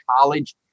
college